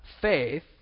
faith